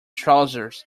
trousers